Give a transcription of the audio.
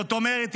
זאת אומרת,